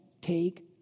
take